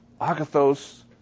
Agathos